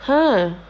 !huh!